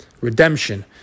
redemption